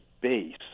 base